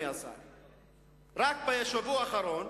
רק בשבוע האחרון